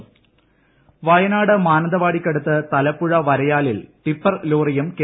bus അപകടം വയനാട് മാനന്തവാടിക്കടുത്ത് തലപ്പുഴ വരയാലിൽ ടിപ്പർ ലോറിയും കെ